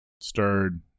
Stirred